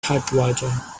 typewriter